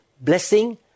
blessing